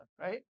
right